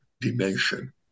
dimension